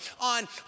on